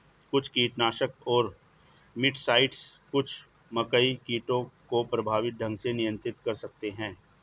कुछ कीटनाशक और मिटसाइड्स कुछ मकई कीटों को प्रभावी ढंग से नियंत्रित कर सकते हैं